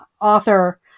author